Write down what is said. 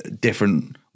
different